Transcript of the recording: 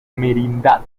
merindad